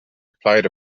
applied